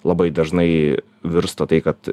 labai dažnai virsta tai kad